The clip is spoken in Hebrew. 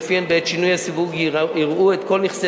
ולפיהן בעת שינוי הסיווג יראו את כל נכסי